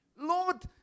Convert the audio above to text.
Lord